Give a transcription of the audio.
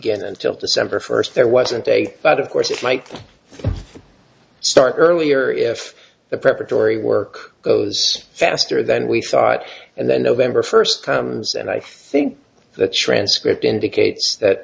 gin until december first there was a day but of course it might start earlier if the preparatory work goes faster than we thought and then november first comes and i think the transcript indicates that